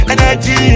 Energy